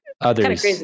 others